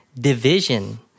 division